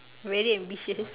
really ambitious